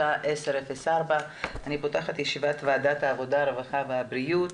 השעה 10:04. אני פותחת את ישיבת ועדת העבודה הרווחה והבריאות.